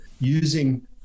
using